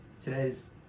today's